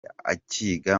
akiga